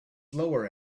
lower